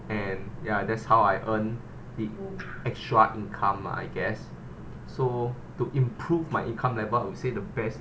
and ya that's how I earn the extra income ah I guess so to improve my income level I would say the best